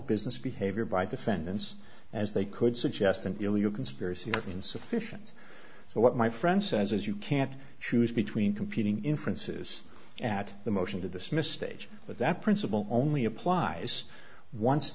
business behavior by defendants as they could suggest an illegal conspiracy or insufficient so what my friend says is you can't choose between competing in francis at the motion to dismiss stage but that principle only applies once